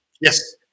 Yes